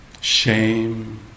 shame